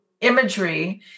imagery